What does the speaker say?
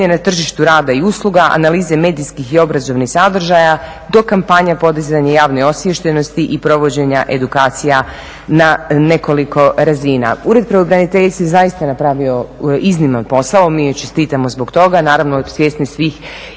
Ured pravobraniteljice je zaista napravio izniman posao, mi joj čestitamo zbog toga. Naravno svjesni svih